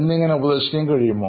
എന്നിങ്ങനെ ഉപദേശിക്കാൻ കഴിയുമോ